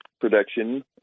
production